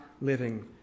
living